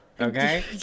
okay